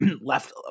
left